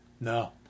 No